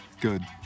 Good